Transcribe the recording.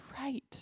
right